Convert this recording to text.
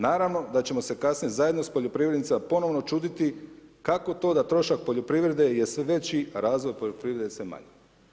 Naravno da ćemo se kasnije zajedno s poljoprivrednicima ponovno čuditi kako to da trošak poljoprivrede je sve veći a razvoj poljoprivrede sve manji.